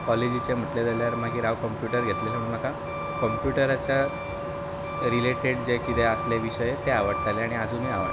कॉलेजीचे म्हटले जाल्यार हांवे कंप्युटर घेतलेले म्हणून म्हाका कंप्युटराच्या रिलेटेड जे कितें आसले विशय ते आवडटाले आनी अजुनूय आवडटा